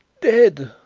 dead!